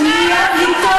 אני מבקשת לא להפריע.